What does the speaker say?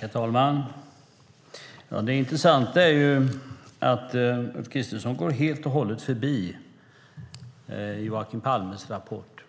Herr talman! Det intressanta är att Ulf Kristersson helt och hållet går förbi Joakim Palmes rapport